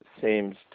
seems